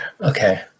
Okay